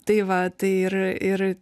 tai va tai ir ir